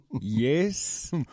Yes